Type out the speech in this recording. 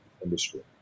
industry